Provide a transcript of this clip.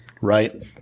right